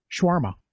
shawarma